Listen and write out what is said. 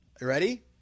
Ready